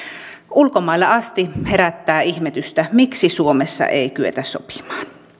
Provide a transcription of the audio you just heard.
ulkomailla asti herättää ihmetystä miksi suomessa ei kyetä sopimaan